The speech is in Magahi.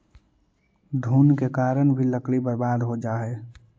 घुन के कारण भी लकड़ी बर्बाद हो जा हइ